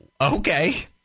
okay